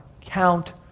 Count